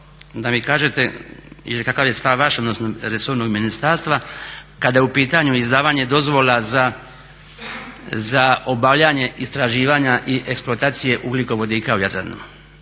da mi kažete kakav je stav vaš odnosno resornog ministarstva kada je u pitanju izdavanje dozvola za obavljanje istraživanja i eksploatacije ugljikovodika u Jadranu.